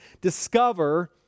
discover